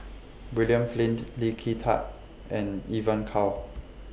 William Flint Lee Kin Tat and Evon Kow